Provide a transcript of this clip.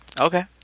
Okay